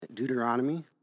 Deuteronomy